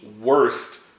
worst